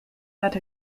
let